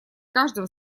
каждого